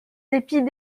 dépit